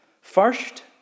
First